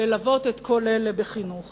ללוות כל אלה בחינוך